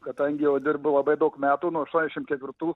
kadangi jau dirba labai daug metų nuo aūtuoniasdešim ketvirtų